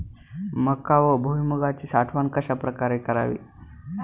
मका व भुईमूगाची साठवण कशाप्रकारे करावी?